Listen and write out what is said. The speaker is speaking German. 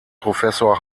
professor